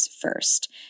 first